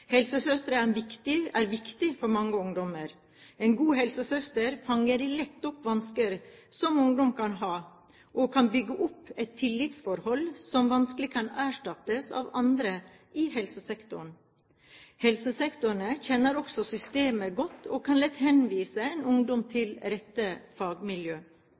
helsesøstre og helsestasjoner. Helsesøstre er viktig for mange ungdommer. En god helsesøster fanger lett opp vansker som ungdommer kan ha, og kan bygge opp et tillitsforhold som vanskelig kan erstattes av andre i helsesektoren. Helsesøstrene kjenner også systemet godt, og kan lett henvise en ungdom til rette fagmiljø.